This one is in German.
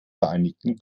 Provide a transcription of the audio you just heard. vereinigten